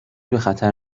بخطر